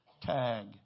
tag